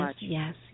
yes